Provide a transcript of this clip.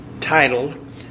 titled